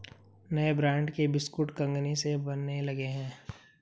नए ब्रांड के बिस्कुट कंगनी से बनने लगे हैं